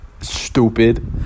Stupid